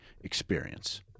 experience